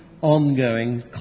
ongoing